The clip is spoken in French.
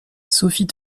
sophie